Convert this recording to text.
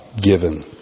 given